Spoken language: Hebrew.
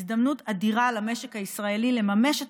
הזדמנות אדירה למשק הישראלי לממש את